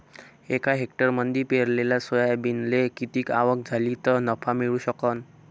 एका हेक्टरमंदी पेरलेल्या सोयाबीनले किती आवक झाली तं नफा मिळू शकन?